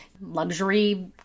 luxury